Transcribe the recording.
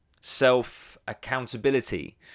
self-accountability